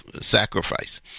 sacrifice